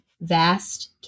vast